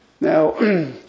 Now